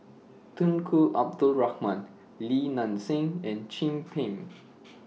Tunku Abdul Rahman Li Nanxing and Chin Peng